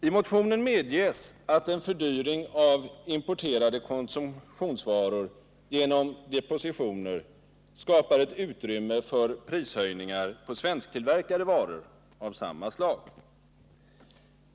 I motionen medges att en fördyring av importerade konsumtionsvaror genom depositioner skapar ett utrymme för höjningar av priserna på svensktillverkade varor av samma slag.